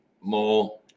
more